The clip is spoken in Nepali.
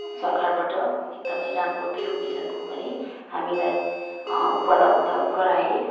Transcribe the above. सरकारबाट एकदमै राम्रो बिउ बिजनको पनि हामीलाई उपलब्ध गराए